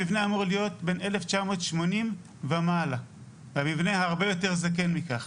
המבנה אמור להיות בן 1980 ומעלה והמבנה הרבה יותר זקן מכך,